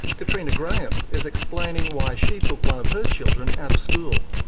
katrina graham is explaining why she took one of her children out of school.